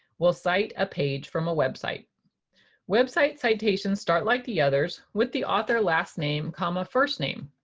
we'll cite a page from a website website citations start like the others with the author last name comma first name.